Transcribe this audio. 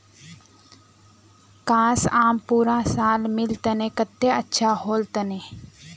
काश, आम पूरा साल मिल तने कत्ते अच्छा होल तने